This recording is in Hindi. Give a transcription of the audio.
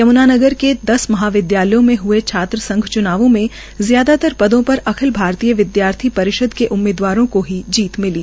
यम्नानगर के दस महाविद्यालयों में हुए छात्र संघ च्नावों में ज्यादातर पदों पर अखिल भारतीय विदयार्थी परिषद की उम्मीदवारों को ही जीत मिली